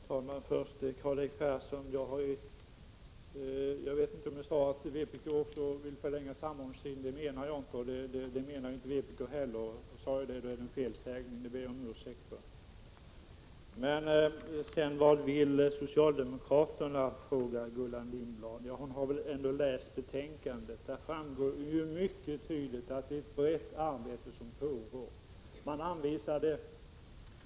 Fru talman! Först till Karl-Erik Persson: Jag vet inte om jag sade att också vpk vill förlänga samordningstiden. Jag menade i så fall inte det, och det menar inte heller vpk. Om jag sade så var det en felsägning, som jag ber om ursäkt för. Gullan Lindblad frågar: Vad vill socialdemokraterna? Hon har väl ändå läst betänkandet. Där framgår mycket tydligt att det är ett brett arbete som pågår.